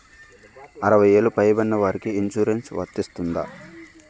అరవై ఏళ్లు పై పడిన వారికి ఇన్సురెన్స్ వర్తిస్తుందా?